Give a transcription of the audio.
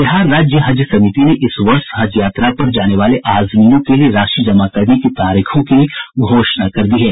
बिहार राज्य हज समिति ने इस वर्ष हज यात्रा पर जाने वाले आजमीनों के लिए राशि जमा करने की तारीखों की घोषणा कर दी है